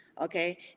okay